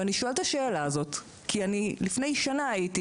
ואני שואלת את השאלה הזאת כי אני לפני שנה הייתי